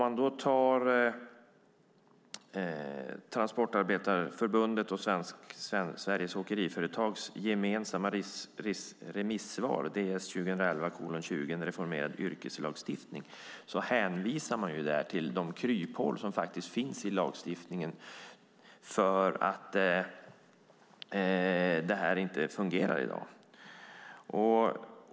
I Transportarbetareförbundets och Sveriges Åkeriföretags gemensamma remissvar på DS 2011:20, En reformerad yrkeslagstiftning , hänvisar man till de kryphål som finns i lagstiftningen och som gör att det här inte fungerar i dag.